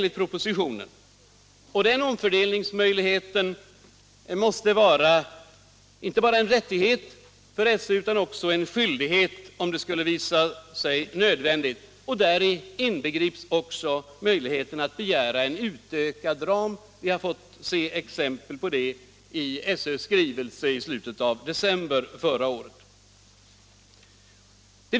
Den omfördelningsmöjligheten måste vara inte bara en rättighet för SÖ utan också en skyldighet, om det skulle visa sig nödvändigt. Däri inbegrips också rätten att begära en utökad ram, vilket vi har fått se exempel på i SÖ:s skrivelse i slutet av december förra året.